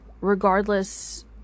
regardless